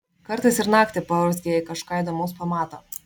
kartais ir naktį paurzgia jei kažką įdomaus pamato